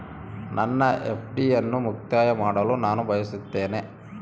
ನನ್ನ ಎಫ್.ಡಿ ಅನ್ನು ಮುಕ್ತಾಯ ಮಾಡಲು ನಾನು ಬಯಸುತ್ತೇನೆ